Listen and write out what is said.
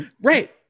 right